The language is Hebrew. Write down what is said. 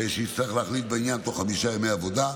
שיצטרך להחליט בעניין בתוך חמישה ימי עבודה.